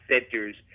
centers